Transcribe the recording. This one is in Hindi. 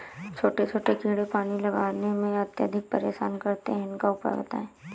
छोटे छोटे कीड़े पानी लगाने में अत्याधिक परेशान करते हैं इनका उपाय बताएं?